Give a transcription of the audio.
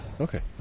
Okay